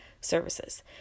services